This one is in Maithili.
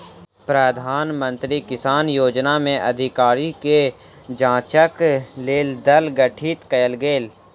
प्रधान मंत्री किसान योजना में अधिकारी के जांचक लेल दल गठित कयल गेल